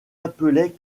appelait